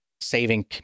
saving